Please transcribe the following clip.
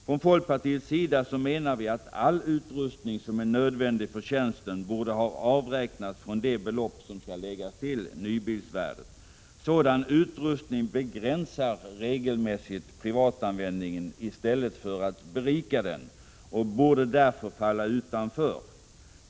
Från folkpartiets sida menar vi att all utrustning som är nödvändig för tjänsten borde ha avräknats från det belopp som skall läggas till nybilsvärdet. Sådan utrustning begränsar regelmässigt privatanvändningen i stället för att berika den och borde därför falla utanför.